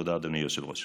תודה, אדוני היושב-ראש.